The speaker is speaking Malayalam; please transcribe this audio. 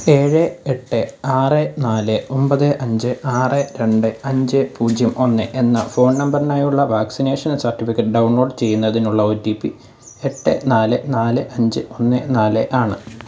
ഏഴ് എട്ട് ആറ് നാല് ഒമ്പത് അഞ്ച് ആറ് രണ്ട് അഞ്ച് പൂജ്യം ഒന്ന് എന്ന ഫോൺ നമ്പറിനായുള്ള വാക്സിനേഷൻ സർട്ടിഫിക്കറ്റ് ഡൗൺലോഡ് ചെയ്യുന്നതിനുള്ള ഒ ടി പി എട്ട് നാല് നാല് അഞ്ച് ഒന്ന് നാല് ആണ്